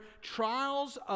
trials